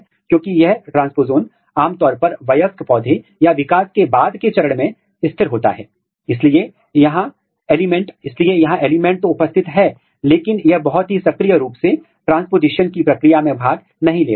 तो ट्रांसक्रिप्शनल रूप से यह यहाँ है आरएनए यहाँ है और फिर प्रोटीन उस क्षेत्र में भी मौजूद है जहाँ WUSCHEL के लिए सक्रिय प्रतिलेखन ट्रांसक्रिप्शन नहीं हो रहा है